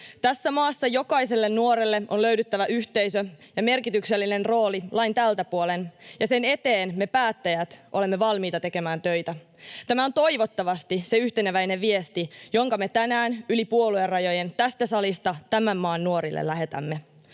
Tässä maassa jokaiselle nuorelle on löydyttävä yhteisö ja merkityksellinen rooli lain tältä puolen, ja sen eteen me päättäjät olemme valmiita tekemään töitä. Tämä on toivottavasti se yhteneväinen viesti, jonka me tänään yli puoluerajojen tästä salista tämän maan nuorille lähetämme.